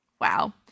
Wow